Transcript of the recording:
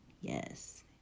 Yes